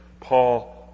Paul